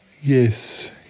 Yes